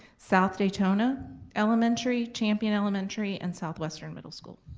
south daytona elementary, champion elementary and southwestern middle school.